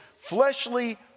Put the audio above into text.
fleshly